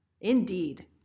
Indeed